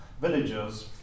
villagers